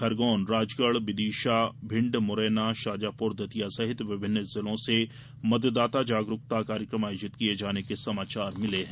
खरगोन राजगढ विदिशा भिण्ड मुरैना शाजापुर दतिया शिवपुरी सतना खंडवा सहित विभिन्न जिलों से मतदाता जागरूकता कार्यकम आयोजित किये जाने के समाचार मिले हैं